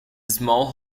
small